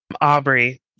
Aubrey